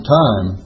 time